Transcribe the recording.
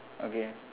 okay